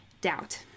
doubt